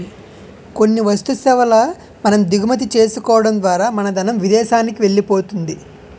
కొన్ని వస్తు సేవల మనం దిగుమతి చేసుకోవడం ద్వారా మన ధనం విదేశానికి వెళ్ళిపోతుంది